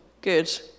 good